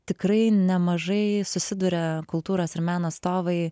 tikrai nemažai susiduria kultūros ir meno atstovai